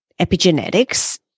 epigenetics